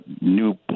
new